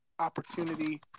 opportunity